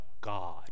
God